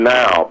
now